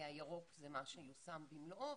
הירוק זה מה שיושם במלואו,